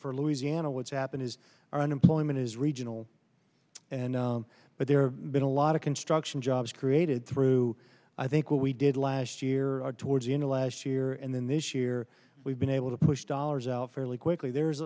for louisiana what's happened is unemployment is regional and but there have been a lot of construction jobs created through i think what we did last year towards the end of last year and then this year we've been able to push dollars out fairly quickly there's